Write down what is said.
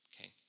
Okay